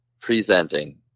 presenting